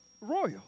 royal